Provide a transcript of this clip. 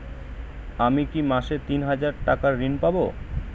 আমি কি মাসে তিন হাজার টাকার ঋণ পাবো?